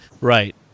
Right